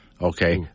Okay